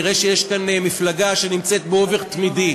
נראה שיש כאן מפלגה שנמצאת באובך תמידי.